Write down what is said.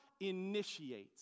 initiates